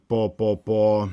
po po po